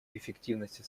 эффективности